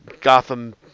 Gotham